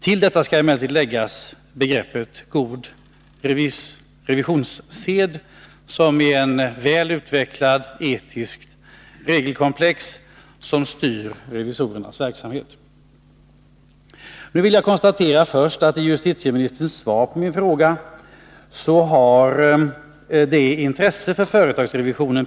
Till detta skall emellertid läggas begreppet god revisionssed, som är ett väl utvecklat etiskt regelkomplex som styr revisorernas verksamhet. Först konstaterar jag att justitieministern i sitt svar på min fråga på två olika sätt har preciserat sitt intresse för företagsrevisionen.